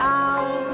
out